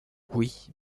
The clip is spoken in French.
oui